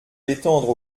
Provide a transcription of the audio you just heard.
l’étendre